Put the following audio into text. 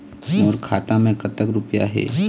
मोर खाता मैं कतक रुपया हे?